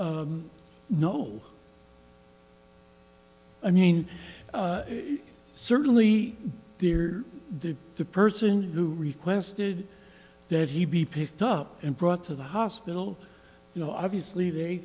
no i mean certainly there the person who requested that he be picked up and brought to the hospital you know obviously they